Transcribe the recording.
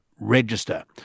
register